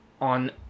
on